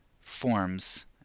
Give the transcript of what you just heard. forms